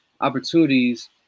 opportunities